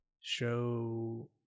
show